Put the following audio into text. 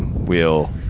will